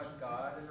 God